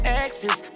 exes